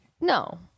No